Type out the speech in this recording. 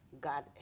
God